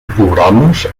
programes